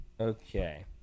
Okay